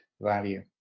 value